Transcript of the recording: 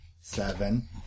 seven